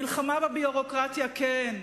מלחמה בביורוקרטיה, כן.